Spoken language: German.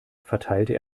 verteilte